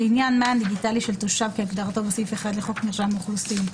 לעניין מען דיגיטלי של תושב כהגדרתו בסעיף 1 לחוק מרשם האוכלוסין,